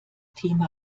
thema